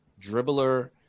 dribbler